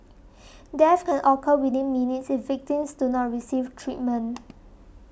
death can occur within minutes if victims do not receive treatment